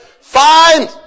Fine